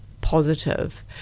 positive